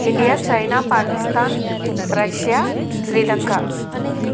India China Pakistan Russia Sri Lanka